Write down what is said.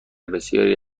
بسیاری